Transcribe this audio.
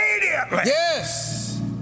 Yes